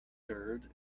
third